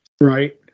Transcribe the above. Right